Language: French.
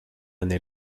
année